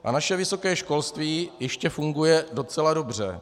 A naše vysoké školství ještě funguje docela dobře.